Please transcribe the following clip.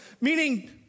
Meaning